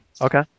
Okay